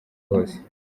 hose